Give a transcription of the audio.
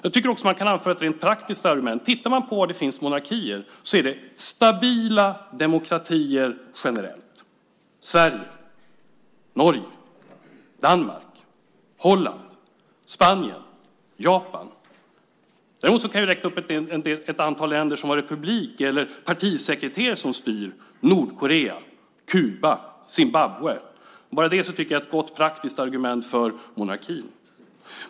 Jag tycker också att man kan anföra ett rent praktiskt argument. Tittar man på var det finns monarkier är det stabila demokratier generellt, till exempel Sverige, Norge, Danmark, Holland, Spanien och Japan. Däremot kan jag räkna upp ett antal länder som har republik eller partisekreterare som styr, till exempel Nordkorea, Kuba och Zimbabwe. Jag tycker att det är ett gott praktiskt argument för monarkin.